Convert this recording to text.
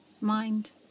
mind